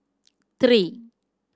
three